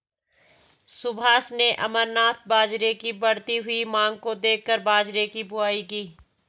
सुभाष ने अमरनाथ बाजरे की बढ़ती हुई मांग को देखकर बाजरे की बुवाई की